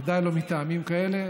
ודאי לא מטעמים כאלה.